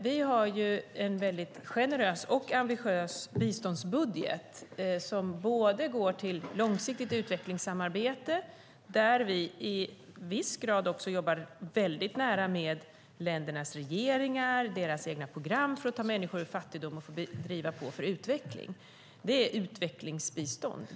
Vi har en väldigt generös och ambitiös biståndsbudget som går till långsiktigt utvecklingssamarbete, där vi i viss grad också jobbar väldigt nära med ländernas regeringar, deras egna program för att ta människor ur fattigdom och driva på för utveckling. Det är utvecklingsbistånd.